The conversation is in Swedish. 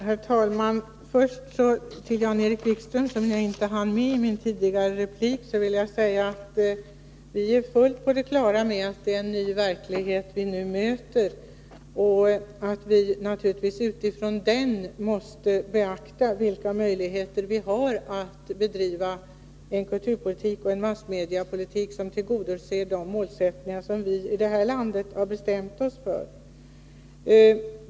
Herr talman! Jag vill börja med att säga några ord till Jan-Erik Wikström, som jag inte hann bemöta i min tidigare replik. Vi är fullt på det klara med att det är en ny verklighet vi nu möter och att vi naturligtvis utifrån den måste beakta vilka möjligheter vi har att bedriva en kulturpolitik och en massmediepolitik som tillgodoser de målsättningar som vi i det här landet har bestämt oss för.